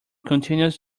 continues